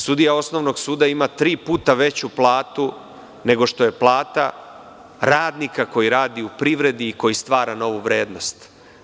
Sudija osnovnog suda ima tri puta veću platu nego što je plata radnika koji radi u privredi i koji stvara novu vrednost.